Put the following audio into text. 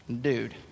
Dude